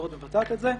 מקורות מבצעת את זה.